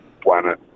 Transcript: planet